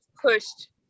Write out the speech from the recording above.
pushed